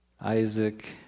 Isaac